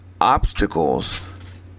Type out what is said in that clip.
obstacles